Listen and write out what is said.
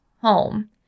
home